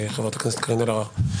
חברת הכנסת קארין אלהרר.